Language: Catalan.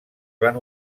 van